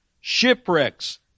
shipwrecks